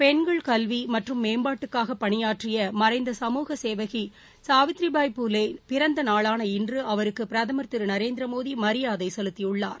பெண்கள் கல்வி மற்றும் மேம்பாட்டுக்காக பணியாற்றிய மறைந்த சமூக சேவகி சாவித்ரி பாய் பூலே நினைவு பிறந்த நாளான இன்று அவருக்கு பிரதமர் திரு நரேந்திரமோடி மரியாதை செலுத்தியுள்ளார்